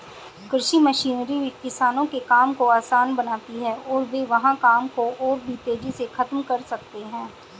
कृषि मशीनरी किसानों के काम को आसान बनाती है और वे वहां काम को और भी तेजी से खत्म कर सकते हैं